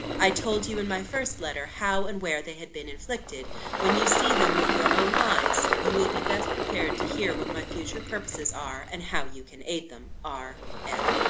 i told you in my first letter how and where they had been inflicted when you see them with your own eyes, you will be best prepared to hear what my future purposes are, and how you can aid them. r. m.